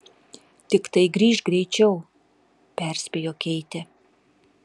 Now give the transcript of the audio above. tiktai grįžk greičiau perspėjo keitė